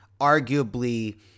arguably